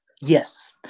Yes